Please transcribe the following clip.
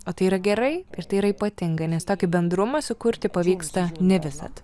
o tai yra gerai ir tai yra ypatinga nes tokį bendrumą sukurti pavyksta ne visad